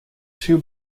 two